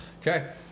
Okay